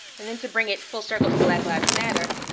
and then to bring it full circle to black lives matter,